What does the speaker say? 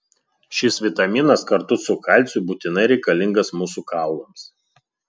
šis vitaminas kartu su kalciu būtinai reikalingas mūsų kaulams